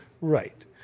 Right